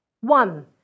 One